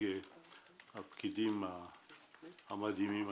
לפקידים המדהימים.